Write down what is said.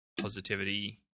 Positivity